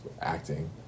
acting